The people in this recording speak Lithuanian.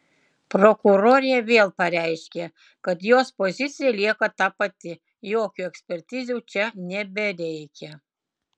prokurorė vėl pareiškė kad jos pozicija lieka ta pati jokių ekspertizių čia nebereikia